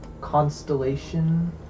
Constellation